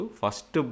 first